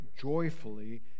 joyfully